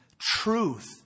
truth